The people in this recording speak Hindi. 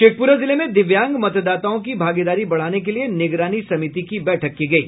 शेखपुरा जिले में दिव्यांग मतदाताओं की भागीदारी बढ़ाने के लिये निगरानी समिति की बैठक की गयी